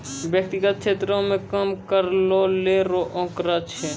व्यक्तिगत क्षेत्रो म कम लोन लै रो आंकड़ा छै